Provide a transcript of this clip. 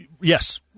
Yes